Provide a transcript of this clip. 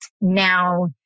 Now